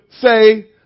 say